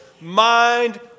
mind